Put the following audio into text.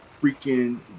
freaking